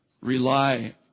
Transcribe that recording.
Rely